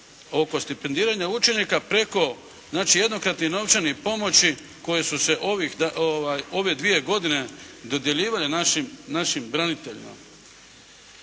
oko stipendiranja naših učenika, preko znači jednokratnih novčanih pomoći koje su se ove dvije godine dodjeljivale našim braniteljima.